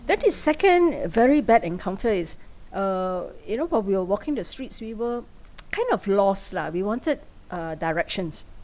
that a second a very bad encounter is uh you know while we were walking the streets we were kind of lost lah we wanted uh directions